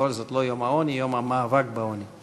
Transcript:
בכל זאת, לא יום העוני, יום המאבק בעוני.